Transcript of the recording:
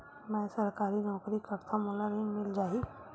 मै सरकारी नौकरी करथव मोला ऋण मिल जाही?